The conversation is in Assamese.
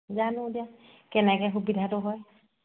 জানো এতিয়া কেনেকৈ সুবিধাটো হয়